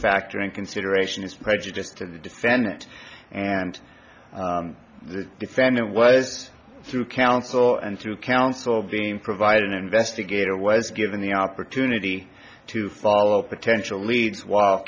factor in consideration is prejudice to the defendant and the defendant was through counsel and through counsel being provided an investigator was given the opportunity to follow potential leads whil